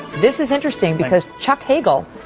this is interesting because chuck hagel,